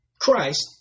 Christ